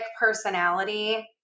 personality